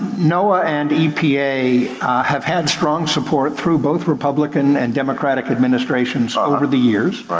noaa and epa have had strong support through both republican and democratic administrations over the years. right.